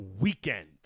weekend